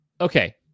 Okay